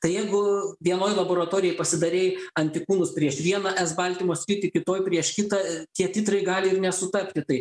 tai jeigu vienoj laboratorijoj pasidarei antikūnus prieš vieną s baltymo sritį kitoj prieš kitą tie titrai gali ir nesutapti tai